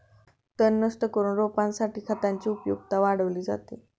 तण नष्ट करून रोपासाठी खतांची उपयुक्तता वाढवली जाते